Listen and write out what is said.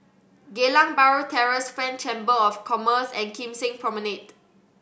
Geylang Bahru Terrace French Chamber of Commerce and Kim Seng Promenade